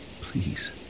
Please